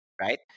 right